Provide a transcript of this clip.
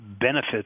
Benefits